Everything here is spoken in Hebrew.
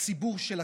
בציבור של עצמם,